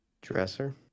Dresser